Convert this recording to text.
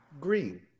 Green